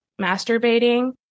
masturbating